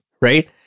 right